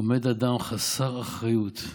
עומד אדם חסר אחריות,